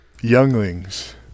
Younglings